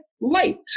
light